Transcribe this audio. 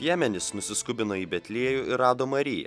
piemenys nusiskubino į betliejų ir rado mariją